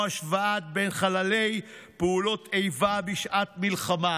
השוואה בין חללי פעולות איבה בשעת מלחמה.